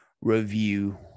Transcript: review